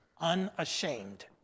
unashamed